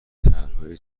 طرحهای